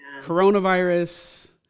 coronavirus